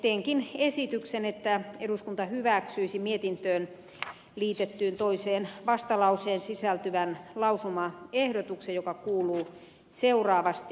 teenkin esityksen että eduskunta hyväksyisi mietintöön liitettyyn toiseen vastalauseeseen sisältyvän lausumaehdotuksen joka kuuluu seuraavasti